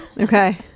Okay